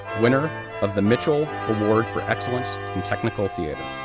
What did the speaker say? winner of the mitchell award for excellence in technical theater,